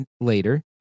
later